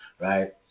right